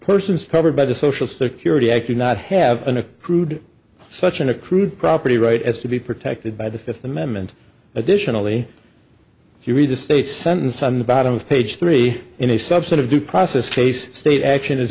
persons covered by the social security act would not have been a prude such an accrued property right as to be protected by the fifth amendment additionally if you read the state's sentence on the bottom of page three in a subset of due process case state action is